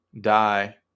die